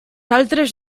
altres